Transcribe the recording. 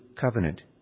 covenant